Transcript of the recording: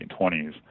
1920s